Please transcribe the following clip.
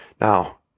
Now